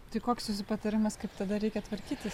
tai koks jūsų patarimas kaip tada reikia tvarkytis